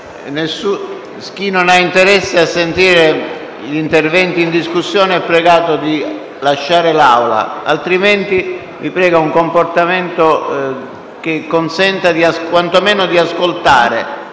Chi non ha interesse ad ascoltare gli interventi in discussione generale è pregato di lasciare l'Aula; altrimenti vi invito a tenere un comportamento che consenta quanto meno di ascoltare